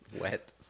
wet